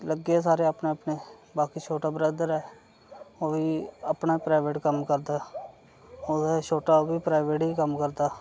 लग्गे दे सारे अपने अपने बाकी छोटा ब्रदर ऐ ओह् बी अपना प्राइवेट कम्म करदा ओह्दे तु छोटा ओह् बी प्राइवेट ई कम्म करदा